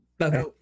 Okay